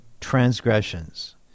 transgressions